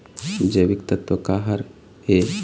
जैविकतत्व का हर ए?